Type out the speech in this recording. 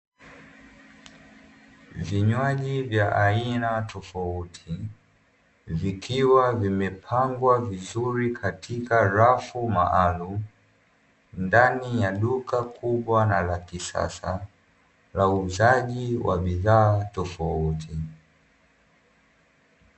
Vinywaji vya aina tofauti vikiwa vimepangwa vizuri katika rafu maalumu ndani ya ,duka kubwa la kisasa la uuzaji wa bidhaa tofauti.